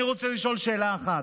אני רוצה לשאול שאלה אחת: